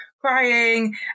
crying